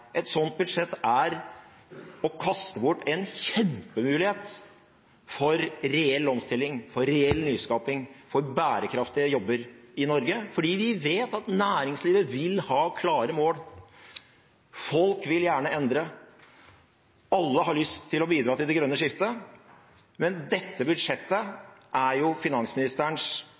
et sånt budsjett er å kaste bort en kjempemulighet for reell omstilling, for reell nyskaping, for bærekraftige jobber i Norge, for vi vet at næringslivet vil ha klare mål, folk vil gjerne endre – alle har lyst til å bidra til det grønne skiftet. Dette budsjettet var finansministerens